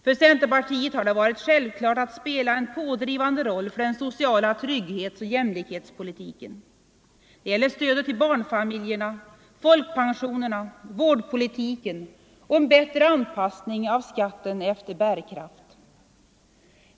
För centerpartiet har det varit självklart att spela en pådrivande roll för den sociala trygghetsoch jämlikhetspolitiken. Det gäller stödet till barnfamiljerna, folkpensionerna, vårdpolitiken och en bättre anpassning av skatten efter bärkraft.